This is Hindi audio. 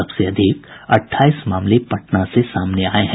सबसे अधिक अट्ठाईस मामले पटना से सामने आये हैं